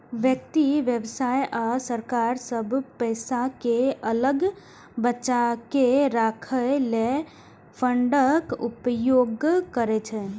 व्यक्ति, व्यवसाय आ सरकार सब पैसा कें अलग बचाके राखै लेल फंडक उपयोग करै छै